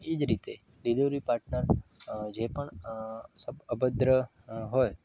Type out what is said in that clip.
એ જ રીતે delivery partner જે પણ અભદ્ર હોય